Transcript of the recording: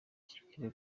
kigere